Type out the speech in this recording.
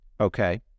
okay